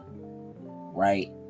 right